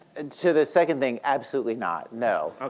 and to the second thing, absolutely not, no.